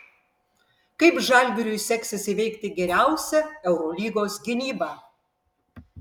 kaip žalgiriui seksis įveikti geriausią eurolygos gynybą